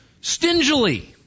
stingily